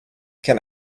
can